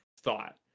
thought